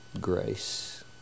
grace